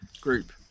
group